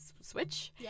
switch